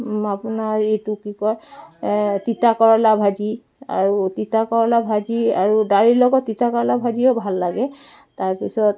আপোনাৰ এইটো কি কয় তিতা কেৰেলা ভাজি আৰু তিতা কেৰেলা ভাজি আৰু দালিৰ লগত তিতা কেৰেলা ভাজিও ভাল লাগে তাৰপিছত